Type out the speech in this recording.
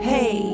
Hey